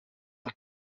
een